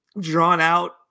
drawn-out